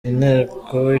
inteko